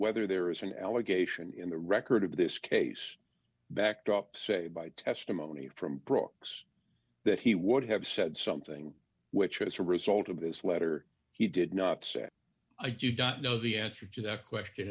whether there is an allegation in the record of this case backed up say by testimony from brock's that he would have said something which as a result of this letter he did not say i did not know the answer to that question